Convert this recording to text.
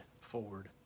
forward